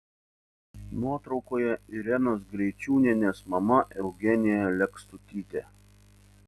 nuotraukoje irenos greičiūnienės mama eugenija lekstutytė